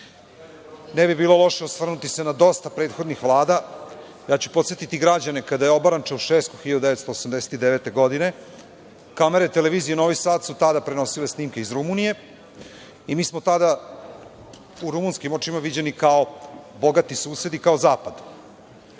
Ne bi bilo loše osvrnuti se na dosta prethodnih vlada. Ja ću podsetiti građane kada je obaran Čaušesku 1989. godine, kamere televizije Novi Sad su tada prenosile snimke iz Rumunije i mi smo tada u rumunskim očima viđeni kao bogati susedi, kao zapad.